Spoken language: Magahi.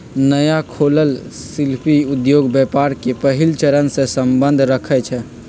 नया खोलल शिल्पि उद्योग व्यापार के पहिल चरणसे सम्बंध रखइ छै